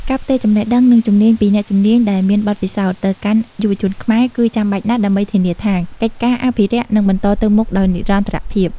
ការផ្ទេរចំណេះដឹង និងជំនាញពីអ្នកជំនាញដែលមានបទពិសោធន៍ ទៅកាន់យុវជនខ្មែរ គឺចាំបាច់ណាស់ដើម្បីធានាថា កិច្ចការអភិរក្សនឹងបន្តទៅមុខដោយនិរន្តរភាព។